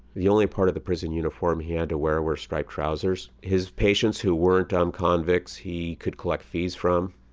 the only part of the prison uniform he had to wear were striped trousers. his patients who weren't um convicts he could collect fees from.